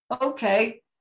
Okay